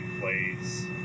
plays